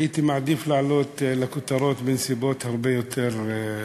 הייתי מעדיף לעלות לכותרות בנסיבות הרבה יותר משמחות.